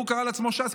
הוא קרא לעצמו "שס",